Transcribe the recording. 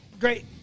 Great